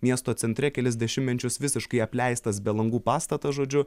miesto centre kelis dešimtmečius visiškai apleistas be langų pastatas žodžiu